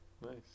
Nice